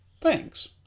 Thanks